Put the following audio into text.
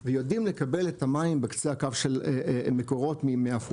ויודעים לקבל את המים בקצה הקו של מקורות מעפולה.